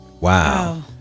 Wow